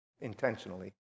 intentionally